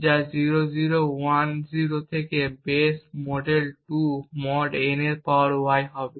যা 0010 থেকে base 2 mode n এর পাওয়ার y হবে